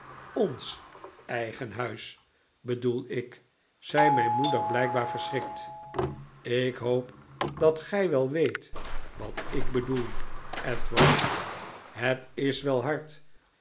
ons eigen huis bedoel ik zei mijn moeder blijkbaar verschrikt ik hoop dat gij wel weet wat ik bedoel edward het is wel hard